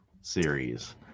series